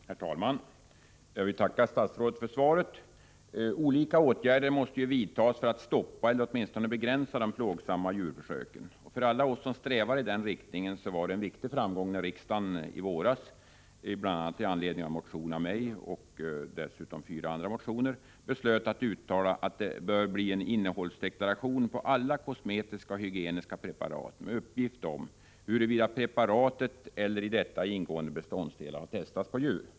Herr talman! Jag ber att få tacka statsrådet för svaret. Olika åtgärder måste vidtas för att man skall kunna stoppa eller åtminstone begränsa de plågsamma djurförsöken. För alla oss som strävar i denna riktning var det en viktig framgång när riksdagen i våras — bl.a. i anledning av en motion av mig och dessutom fyra andra motioner — beslöt att uttala att det bör finnas innehållsdeklaration på alla kosmetiska och hygieniska preparat med uppgift om huruvida preparatet eller i detta ingående beståndsdelar testats på djur.